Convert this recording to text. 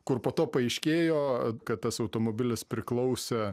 kur po to paaiškėjo kad tas automobilis priklausė